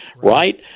right